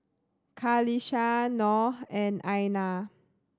Qalisha Noh and Aina